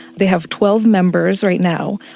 they have twelve members right now.